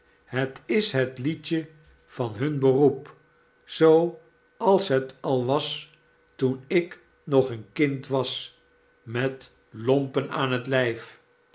het is het liedje van hun beroep zooals het al was toen ik nog een kind was met lornpen aan het lijf